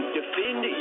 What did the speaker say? defend